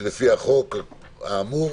לפני פחות מחודש אישרנו את החוק שהחליף את